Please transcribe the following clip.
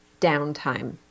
downtime